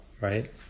Right